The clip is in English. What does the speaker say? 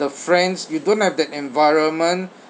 the friends you don't have that environment